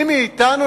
מי מאתנו,